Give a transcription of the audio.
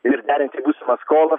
ir derinti būsimas skolas